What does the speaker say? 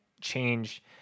change